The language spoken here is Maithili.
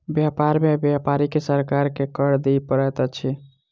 व्यापार में व्यापारी के सरकार के कर दिअ पड़ैत अछि